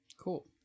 Cool